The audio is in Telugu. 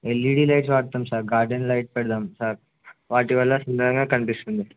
ఎల్ఈడి ైట్స్ వాడతాం సార్ గార్డెన్ లైట్ పెడదాం సార్ వాటి వల్ల సుందరంగా కనిపిస్తుంది